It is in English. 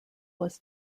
was